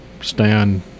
stand